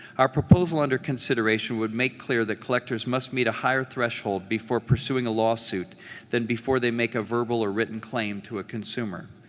our proposal under consideration would make clear that collectors must meet a higher threshold before pursuing a lawsuit than before they make a verbal or written claim to a consumer,